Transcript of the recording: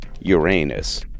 Uranus